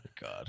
god